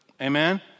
Amen